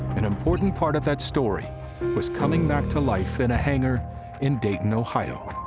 an important part of that story was coming back to life in a hangar in dayton, ohio.